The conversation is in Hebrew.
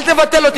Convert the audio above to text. אל תבטל אותי.